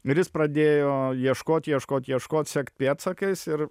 ir jis pradėjo ieškot ieškot ieškot sekt pėdsakais ir